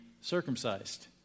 circumcised